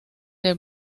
the